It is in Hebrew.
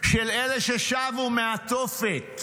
של אלה ששבו מהתופת